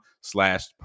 slash